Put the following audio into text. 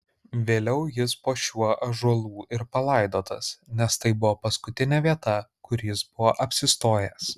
vėliau jis po šiuo ąžuolų ir palaidotas nes tai buvo paskutinė vieta kur jis buvo apsistojęs